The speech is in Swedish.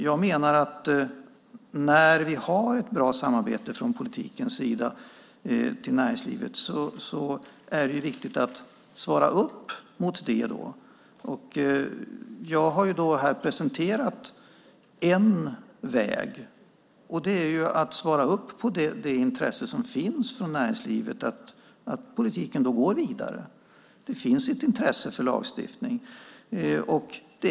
Jag menar att när vi har ett bra samarbete med näringslivet från politikens sida är det viktigt att svara upp mot det. Jag har här presenterat en väg, och det är att svara upp mot det intresse som finns från näringslivet genom att från politiken gå vidare. Det finns ett intresse för lagstiftning.